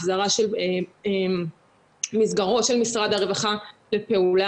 החזרה של מסגרות של משרד הרווחה לפעולה.